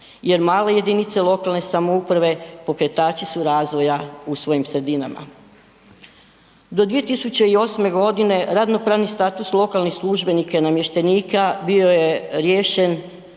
jer male jedinice lokalne samouprave pokretači su razvoja u svojim sredinama. Do 2008. godine radno-pravni status lokalnih službenika i namještenika bio je riješen